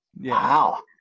Wow